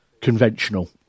conventional